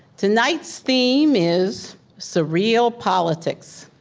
tonight's theme is surreal politics,